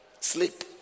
sleep